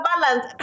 balance